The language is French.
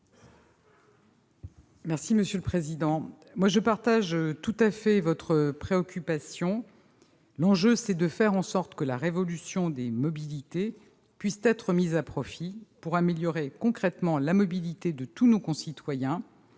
est à Mme la ministre. Je partage tout à fait votre préoccupation. L'enjeu est de faire en sorte que la révolution des mobilités puisse être mise à profit pour améliorer concrètement la mobilité de tous nos concitoyens,